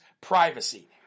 privacy